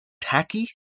tacky